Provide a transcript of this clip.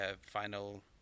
final